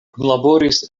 kunlaboris